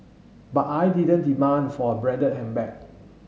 but I didn't demand for a branded handbag